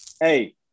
Hey